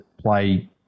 play